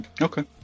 Okay